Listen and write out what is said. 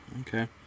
Okay